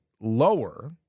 lower